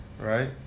right